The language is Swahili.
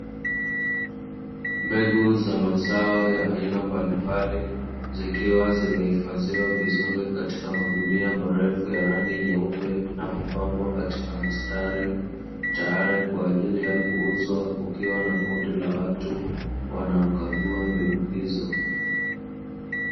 Mbegu za mazao ya aina mbalimbali zikiwa zimehifadhiwa vizuri katika magunia marefu ya rangi nyeupe na kupangwa katika mistari, tayari kwa ajili ya kuuzwa kukiwa na kundi la watu wanaokagua mbegu hizo.